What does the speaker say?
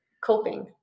coping